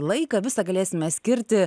laiką visą galėsime skirti